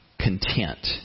content